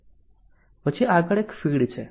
પછી આગળ એક ફીડ છે